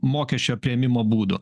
mokesčio priėmimo būdu